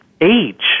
age